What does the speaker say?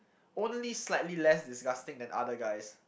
only slightly less disgusting than other guys